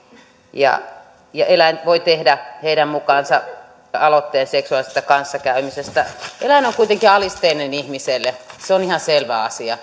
ja ja eläin voi tehdä heidän mukaansa aloitteen seksuaalisesta kanssakäymisestä eläin on kuitenkin alisteinen ihmiselle se on ihan selvä asia